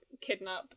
kidnap